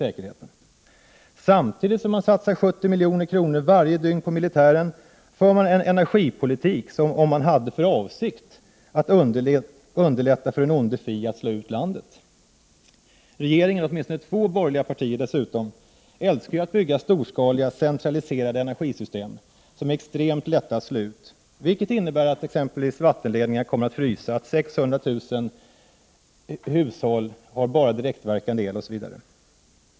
Samtidigt som man varje dygn satsar 70 milj.kr. på militären, för man en energipolitik som om man hade för avsikt att underlätta för den onde fienden att slå ut landet. Regeringen, och åtminstone två borgerliga partier, älskar ju att bygga storskaliga och centraliserade energisystem som är extremt lätta att slå ut, vilket t.ex. innebär att vattenledningar kommer att frysa och att 600 000 hushåll har bara direktverkande el.